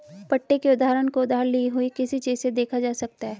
पट्टे के उदाहरण को उधार ली हुई किसी चीज़ से देखा जा सकता है